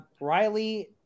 Riley